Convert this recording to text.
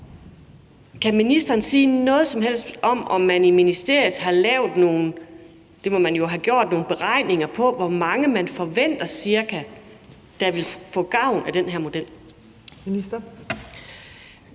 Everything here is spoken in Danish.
Kan ministeren sige noget som helst om, om man i ministeriet har lavet – det må man jo have gjort – nogle beregninger på, cirka hvor mange man forventer der vil få gavn af den her model?